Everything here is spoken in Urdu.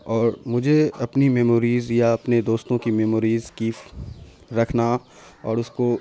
اور مجھے اپنی میموریز یا اپنے دوستوں کی میموریز کی رکھنا اور اس کو